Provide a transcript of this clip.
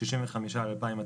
ה-65 אחוזים,